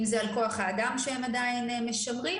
אם זה על כוח האדם שהם עדיין משמרים,